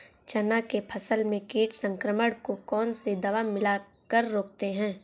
चना के फसल में कीट संक्रमण को कौन सी दवा मिला कर रोकते हैं?